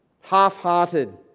half-hearted